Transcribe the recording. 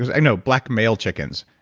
ah you know black male chickens.